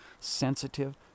sensitive